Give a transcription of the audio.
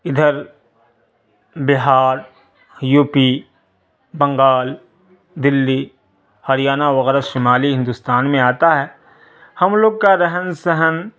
ادھر بہار یوپی بنگال دلّی ہریانہ وغیرہ شمالی ہندوستان میں آتا ہے ہم لوگ کا رہن سہن